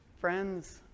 Friends